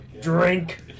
Drink